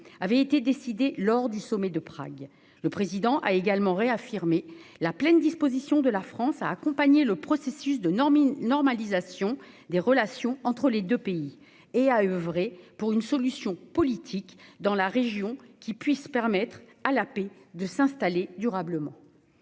avait été décidé lors du sommet de Prague. Le Président de la République a également réaffirmé « la pleine disposition de la France à accompagner le processus de normalisation des relations entre les deux pays, et à oeuvrer pour une solution politique dans la région qui puisse permettre à la paix de s'installer durablement